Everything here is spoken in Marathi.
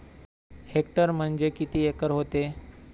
हेक्टर म्हणजे किती एकर व्हते?